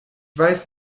weiß